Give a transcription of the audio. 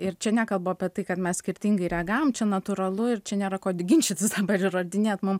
ir čia nekalbu apie tai kad mes skirtingai reagavom čia natūralu ir čia nėra ko ginčytis arba įrodinėti mum